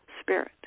spirit